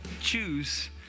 Choose